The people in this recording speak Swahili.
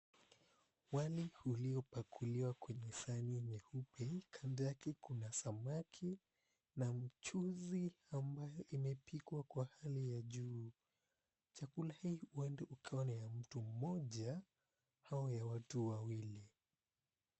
Wali uliyopakuliwa kwenye sahani nyeupe, kando yake kuna samaki na mchuuzi ambayo umepikwa kwa hali ya juu. Chakula hii huenda ikawa ni ya mtu mmoja au ya watu wawili.